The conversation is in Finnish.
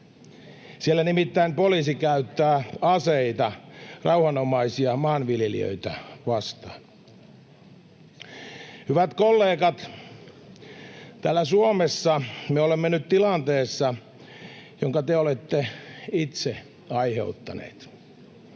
Siellä nimittäin poliisi käyttää aseita rauhanomaisia maanviljelijöitä vastaan. Hyvät kollegat! Täällä Suomessa me olemme nyt tilanteessa, jonka te olette itse aiheuttaneet,